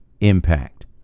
impact